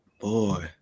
Boy